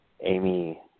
Amy